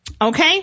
Okay